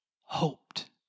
hoped